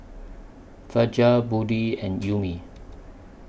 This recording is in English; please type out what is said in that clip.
Fajar Budi and Ummi